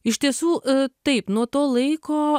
iš tiesų a taip nuo to laiko